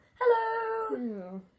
Hello